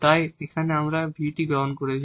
তাই এখানে আমরা এই v টি গ্রহণ করেছি